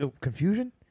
Confusion